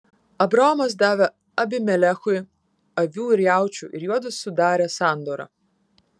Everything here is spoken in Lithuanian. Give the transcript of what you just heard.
abraomas davė abimelechui avių ir jaučių ir juodu sudarė sandorą